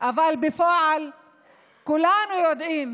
אבל בפועל כולנו יודעים